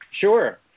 Sure